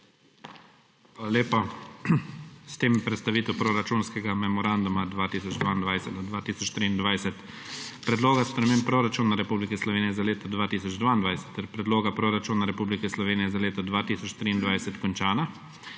lepa. S tem je predstavitev proračunskega memoranduma 2022−2023, Predloga sprememb Proračuna Republike Slovenije za leto 2022 ter Predloga proračuna Republike Slovenije za leto 2023 končana.